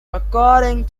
according